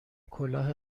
کلاه